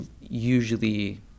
usually